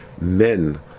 Men